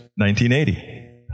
1980